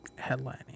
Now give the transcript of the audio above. headlining